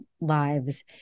lives